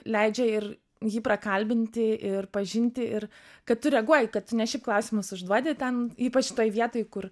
leidžia ir jį prakalbinti ir pažinti ir kad tu reaguoji kad tu ne šiaip klausimus užduodi ten ypač toj vietoj kur